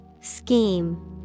Scheme